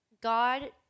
god